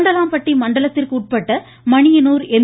கொண்டலாம்பட்டி மண்டலத்திற்கு உட்பட்ட மணியனூர் எம்